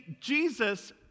Jesus